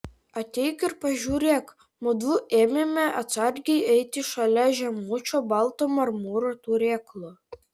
ateik ir pažiūrėk mudu ėmėme atsargiai eiti šalia žemučio balto marmuro turėklo